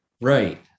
Right